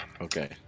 Okay